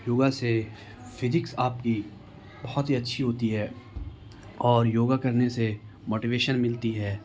یوگا سے فزکس آپ کی بہت ہی اچھی ہوتی ہے اور یوگا کرنے سے موٹیویشن ملتی ہے